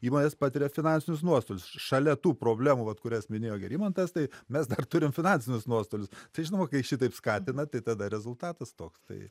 įmonės patiria finansinius nuostolius šalia tų problemų kurias minėjo gerimantas tai mes dar turim finansinius nuostolius tai žinoma kai šitaip skatina tai tada rezultatas toks tai